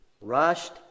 Rushed